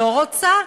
לא רוצה?